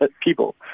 people